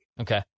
Okay